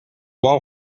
wall